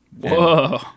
Whoa